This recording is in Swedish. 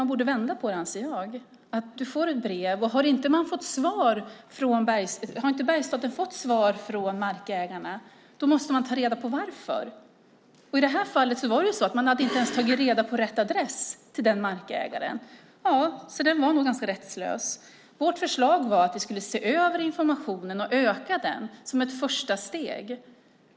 Man borde vända på det, anser jag. Ett brev skickas ut, och har Bergsstaten inte fått svar från markägarna måste man ta reda på varför. I det här fallet hade man inte ens tagit reda på rätt adress till markägaren som nog var ganska rättslös. Vårt förslag är att vi ska se över informationen och öka den som ett första steg.